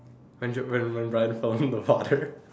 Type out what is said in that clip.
wh~ when Brian fell in the water